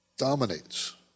Dominates